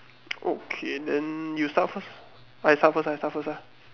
okay then you start first I start first I start first ah